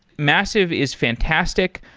massive is fantastic.